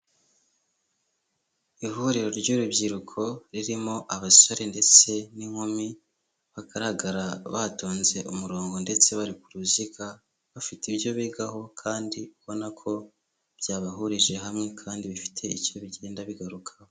Ihuriro ry'urubyiruko ririmo abasore ndetse n'inkumi bagaragara batonze umurongo ndetse bari ku ruziga, bafite ibyo bigaho kandi ubona ko byabahurije hamwe kandi bifite icyo bigenda bigarukaho.